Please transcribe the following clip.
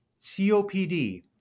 COPD